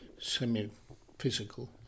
semi-physical